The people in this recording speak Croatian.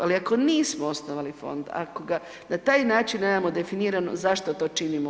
Ali ako nismo osnovali fond, ako ga na taj način nemamo definiramo, zašto to činimo?